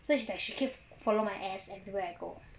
so it's like she keep follow my ass everywhere I go